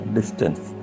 Distance